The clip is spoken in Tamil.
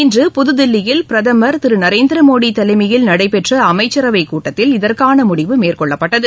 இன்று புதுதில்லியில் பிரதமர் திரு நரேந்திர மோடி தலைமையில் நடைபெற்ற அமைச்சரவை கூட்டத்தில் இதற்கான முடிவு மேற்கொள்ளப்பட்டது